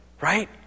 right